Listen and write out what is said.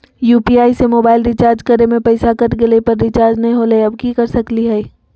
UPI से mobile recharge करे में पैसा कट गेलई, पर रिचार्ज नई होलई, अब की कर सकली हई?